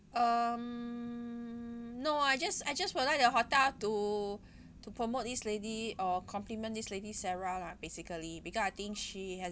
um no I just I just would like the hotel to to promote this lady uh compliment this lady sarah lah basically because I think she has